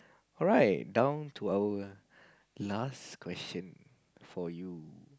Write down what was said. alright down to our last question for you